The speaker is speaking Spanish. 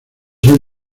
son